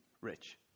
rich